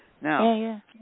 Now